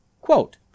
Quote